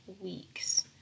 weeks